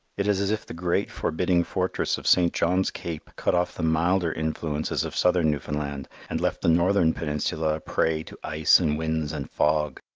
it is as if the great, forbidding fortress of st. john's cape cut off the milder influences of southern newfoundland, and left the northern peninsula a prey to ice and winds and fog.